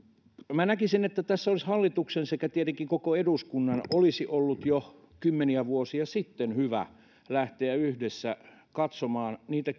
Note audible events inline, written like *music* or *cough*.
minä näkisin että tässä olisi ollut hallituksen sekä tietenkin koko eduskunnan jo kymmeniä vuosia sitten hyvä lähteä yhdessä katsomaan niitä *unintelligible*